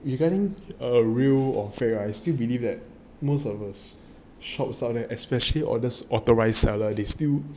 regarding err real or fake I still believe that most of the shops out there especially all those authorised seller they still